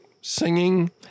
Singing